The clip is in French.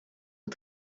aux